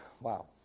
wow